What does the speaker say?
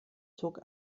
zog